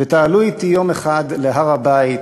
ותעלו אתי יום אחד להר-הבית,